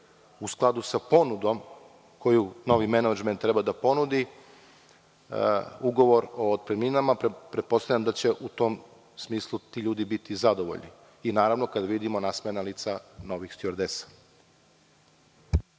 u skladu sa ponudom koju novi menadžment treba da ponudi o novim otpremninama. Pretpostavljam da će u tom smislu ti ljudi biti zadovoljni i naravno kada vidimo nasmejana lica novih stjuardesa.